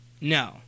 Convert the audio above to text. No